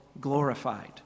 glorified